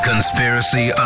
Conspiracy